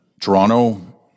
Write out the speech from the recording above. Toronto